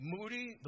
Moody